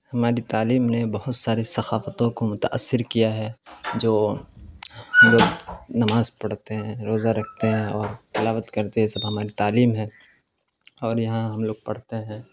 ہماری تعلیم نے بہت ساری ثقافتوں کو متاثر کیا ہے جو ہم لوگ نماز پڑھتے ہیں روزہ رکھتے ہیں اور تلاوت کرتے ہیں یہ سب ہماری تعلیم ہیں اور یہاں ہم لوگ پڑھتے ہیں